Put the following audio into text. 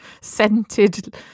scented